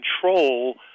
control